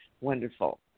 Wonderful